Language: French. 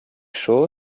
show